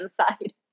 inside